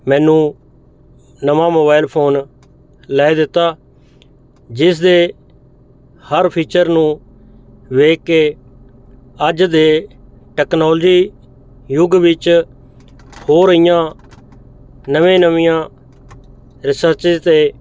ਮੈਨੂੰ ਨਵਾਂ mobile phone ਲੈ ਦਿੱਤਾ ਜਿਸ ਦੇ ਹਰ ਫੀਚਰ ਨੂੰ ਵੇਖ ਕੇ ਅੱਜ ਦੇ ਟੈਕਨੋਲਜੀ ਯੁੱਗ ਵਿੱਚ ਹੋ ਰਹੀਆਂ ਨਵੇਂ ਨਵੀਆਂ ਰਿਸਰਚਿਜ 'ਤੇ